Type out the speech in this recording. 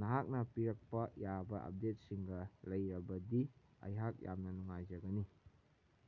ꯅꯍꯥꯛꯅ ꯄꯤꯔꯛꯄ ꯌꯥꯕ ꯑꯞꯗꯦꯠꯁꯤꯡꯒ ꯂꯩꯔꯕꯗꯤ ꯑꯩꯍꯥꯛ ꯌꯥꯝꯅ ꯅꯨꯡꯉꯥꯏꯖꯒꯅꯤ